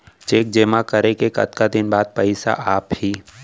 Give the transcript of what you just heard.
Cheque जेमा करें के कतका दिन बाद पइसा आप ही?